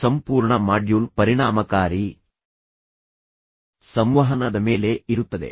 ಈ ಸಂಪೂರ್ಣ ಮಾಡ್ಯೂಲ್ ಪರಿಣಾಮಕಾರಿ ಸಂವಹನದ ಮೇಲೆ ಇರುತ್ತದೆ